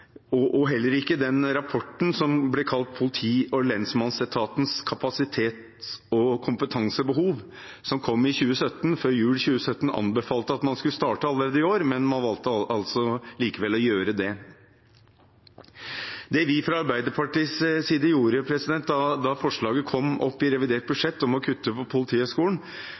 Heller ikke den rapporten som ble kalt Politi- og lensmannsetatens kapasitets- og kompetansebehov, som kom før jul 2017, anbefalte at man skulle starte allerede i år, men man valgte altså likevel å gjøre det. Det vi fra Arbeiderpartiets side gjorde da forslaget om å kutte på Politihøgskolen kom opp i revidert budsjett, var å